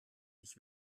ich